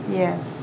yes